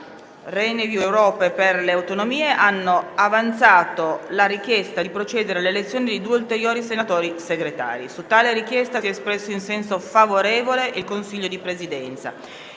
Campobase, Sud Chiama Nord) hanno avanzato la richiesta di procedere all'elezione di due ulteriori senatori Segretari. Su tale richiesta si è espresso in senso favorevole il Consiglio di Presidenza